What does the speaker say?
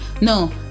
No